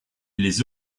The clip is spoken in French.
les